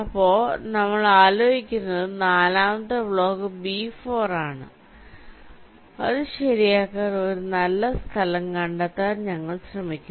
ഇപ്പോൾ നമ്മൾ ആലോചിക്കുന്നത് നാലാമത്തെ ബ്ലോക്ക് ബി 4 ആണ് അത് ശരിയാക്കാൻ ഒരു നല്ല സ്ഥലം കണ്ടെത്താൻ ഞങ്ങൾ ശ്രമിക്കുന്നു